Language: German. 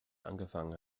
angefangen